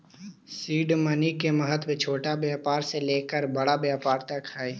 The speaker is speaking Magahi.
सीड मनी के महत्व छोटा व्यापार से लेकर बड़ा व्यापार तक हई